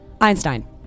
Einstein